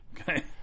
Okay